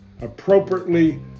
appropriately